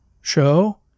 show